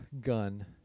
gun